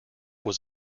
was